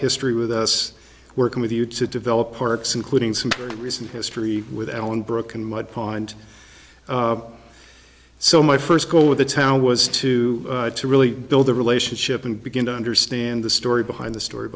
history with us working with you to develop parks including some recent history with alan broken mud pond so my first goal with the town was to to really build the relationship and begin to understand the story behind the story